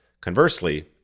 Conversely